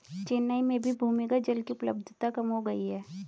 चेन्नई में भी भूमिगत जल की उपलब्धता कम हो गई है